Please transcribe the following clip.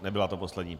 Nebyla to poslední.